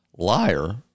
Liar